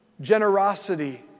generosity